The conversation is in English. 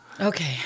Okay